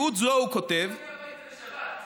"מציאות זו", הוא כותב, רוצים להגיע הביתה לשבת.